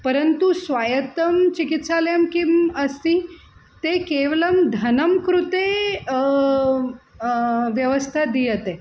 परन्तु स्वायत्तं चिकित्सालयं किम् अस्ति ते केवलं धनस्य कृते व्यवस्थां दीयन्ते